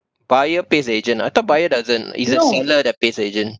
buyer pays the agent I thought buyer doesn't it's the seller that pays the agent